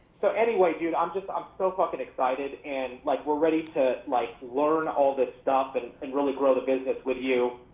so anyway, dude, i'm just um so fuckin' excited and like we're ready to like learn all this stuff but and and really grow the business with you.